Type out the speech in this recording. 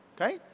Okay